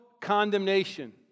condemnation